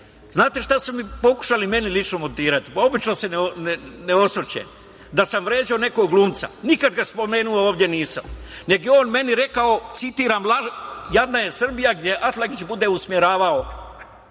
Znate šta su mi, pokušali meni lično montirati, obično se ne osvrćem, da sam vređao nekog glumca, nikada ga spomenuo ovde nisam. Nego je on meni rekao, citiram - jadna je Srbija gde Atlagić bude usmeravao